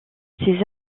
ces